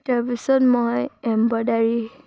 তাৰপিছত মই এম্ব্ৰইডাৰী